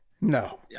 No